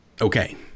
okay